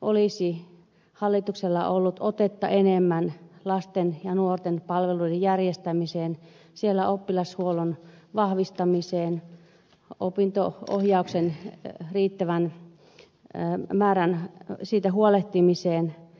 olisi hallituksella ollut otetta enemmän lasten ja nuorten palvelujen järjestämiseen siellä oppilashuollon vahvistamiseen opinto ohjauksen riittävästä määrästä huolehtimiseen